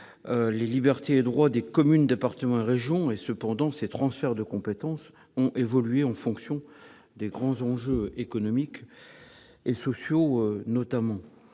les libertés et droits des communes, départements et régions. Ces transferts de compétences ont évolué en fonction des grands enjeux économiques et sociaux.